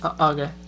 Okay